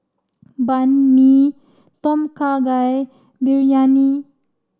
Banh Mi Tom Kha Gai Biryani